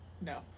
No